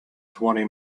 twenty